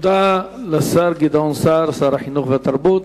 תודה לשר גדעון סער, שר החינוך והתרבות.